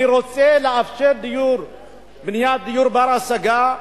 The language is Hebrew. אני רוצה לאפשר בניית דיור בר-השגה.